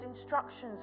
instructions